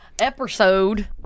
Episode